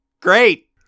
Great